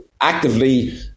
actively